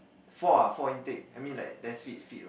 four ah four intake I mean like less feet feet what